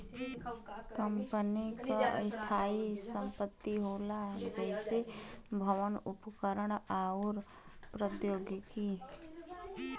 company क स्थायी संपत्ति होला जइसे भवन, उपकरण आउर प्रौद्योगिकी